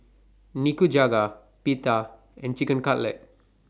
Nikujaga Pita and Chicken Cutlet